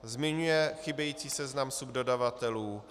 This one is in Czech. Zmiňuje chybějící seznam subdodavatelů.